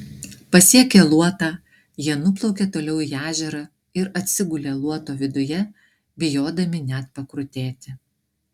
pasiekę luotą jie nuplaukė toliau į ežerą ir atsigulė luoto viduje bijodami net pakrutėti